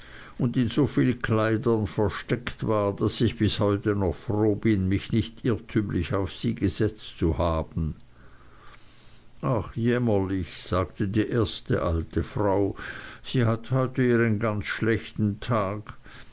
und in so viel kleidern versteckt war daß ich bis heute noch froh bin mich nicht irrtümlich auf sie gesetzt zu haben ach jämmerlich sagte die erste alte frau sie hat heute ihren ganz schlechten tag